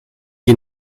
die